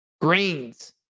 grains